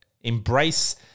Embrace